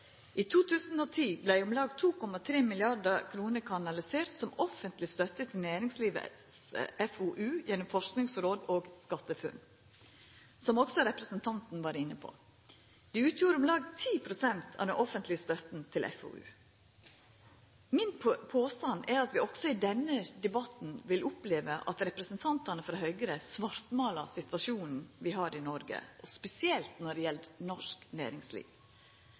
om lag 2,3 mrd. kr kanaliserte som offentleg støtte til FoU i næringslivet gjennom Forskingsrådet og SkatteFUNN, som også representanten var inne på. Det utgjorde om lag 10 pst. av den offentlege støtta til FoU. Min påstand er at vi også i denne debatten vil oppleva at representantane frå Høgre svartmålar situasjonen vi har i Noreg, spesielt når det gjeld norsk næringsliv.